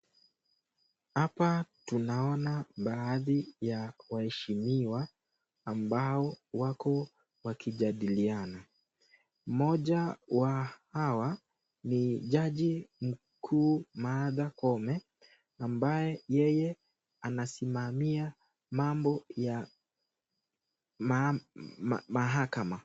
Hapa tunaona baadhi ya waheshimiwa ambao wako wakijadiliana. Mmoja wa hawa ni jaji mkuu, Martha Koome ambaye yeye anasimamia mambo ya mahakama.